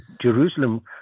Jerusalem